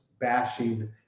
bashing